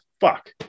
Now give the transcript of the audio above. fuck